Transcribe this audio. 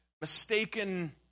mistaken